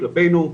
כלפינו,